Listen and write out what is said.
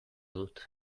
dut